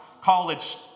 college